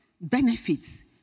benefits